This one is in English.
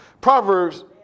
Proverbs